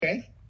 Okay